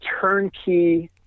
turnkey